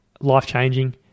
life-changing